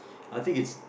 I think it's